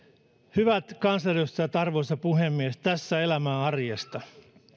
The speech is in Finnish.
hyvät kansanedustajat arvoisa puhemies tässä elämää arjesta